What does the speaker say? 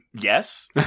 Yes